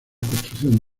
construcción